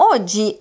Oggi